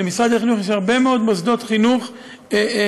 למשרד החינוך יש הרבה מאוד מוסדות חינוך שונים,